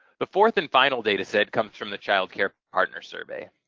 the fourth and final data set comes from the child care partner survey.